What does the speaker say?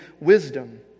wisdom